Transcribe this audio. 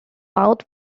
mouth